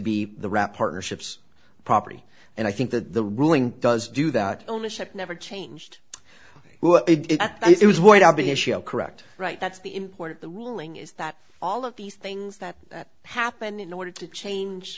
be the rap partnerships property and i think that the ruling does do that omission never changed it it was white correct right that's the important the ruling is that all of these things that happen in order to change